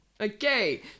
Okay